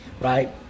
right